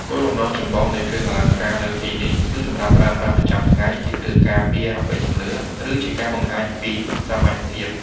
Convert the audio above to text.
គោលបំណងចម្បងនៃគ្រឿងអលង្ការនៅទីនេះ គឺសម្រាប់ប្រើប្រាស់ប្រចាំថ្ងៃ ជាគ្រឿងការពារ អបិយជំនឿ ឬជាការបង្ហាញពីសាមញ្ញភាព។